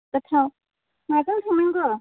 गोथाव माजों थांनांगौ